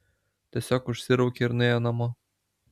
tiesiog užsiraukė ir nuėjo namo